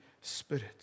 Spirit